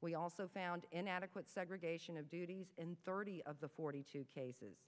we also found inadequate segregation of duties in thirty of the forty two cases